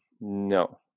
No